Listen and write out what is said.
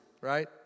right